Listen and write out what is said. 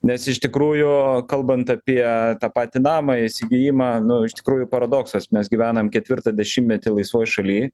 nes iš tikrųjų kalbant apie tą patį namą įsigijimą nu iš tikrųjų paradoksas mes gyvenam ketvirtą dešimtmetį laisvoj šaly